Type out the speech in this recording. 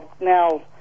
Now